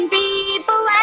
people